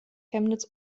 chemnitz